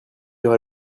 aura